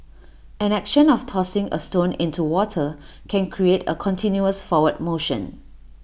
an action of tossing A stone into water can create A continuous forward motion